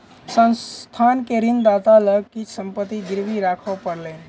संस्थान के ऋणदाता लग किछ संपत्ति गिरवी राखअ पड़लैन